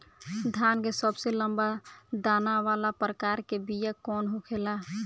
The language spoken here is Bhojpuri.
धान के सबसे लंबा दाना वाला प्रकार के बीया कौन होखेला?